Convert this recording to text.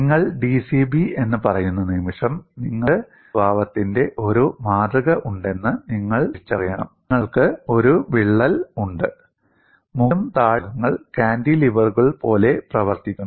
നിങ്ങൾ d c b എന്ന് പറയുന്ന നിമിഷം നിങ്ങൾക്ക് ഈ സ്വഭാവത്തിന്റെ ഒരു മാതൃക ഉണ്ടെന്ന് നിങ്ങൾ തിരിച്ചറിയണം നിങ്ങൾക്ക് ഒരു വിള്ളൽ ഉണ്ട് മുകളിലും താഴെയുമുള്ള ഭാഗങ്ങൾ കാന്റിലിവറുകൾ പോലെ പ്രവർത്തിക്കുന്നു